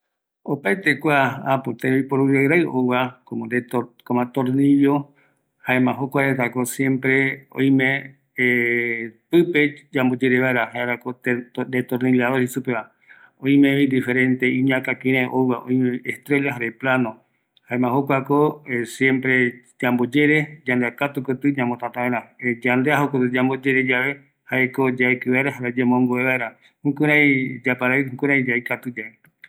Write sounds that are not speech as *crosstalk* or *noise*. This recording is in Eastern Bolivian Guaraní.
﻿Opaeta kua apo tembiporu rairai ouva, komo destornillo, jaema jokua retako siempre oime *hesitation* mbae yamboyi vaera, jaerako destornillador jei supeva, oimevi diferente iñaka kirai ouva, oimevi estrella jare plano, jaema jokuako siempre yambo yere yandeakatu koti ñamotata vaera yandea jokope yambo yere yae rai yaikatuyae jaeko yaeki vaera jare oyemongue vaera, jukurai yaparaiki juku